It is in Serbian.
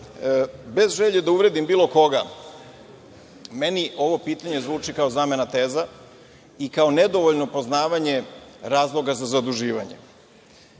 bez želje da uvredim bilo koga, meni ovo pitanje zvuči kao zamena teza i kao nedovoljno poznavanje razloga za zaduživanje.